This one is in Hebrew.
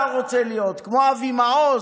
אתה רוצה להיות כמו אבי מעוז,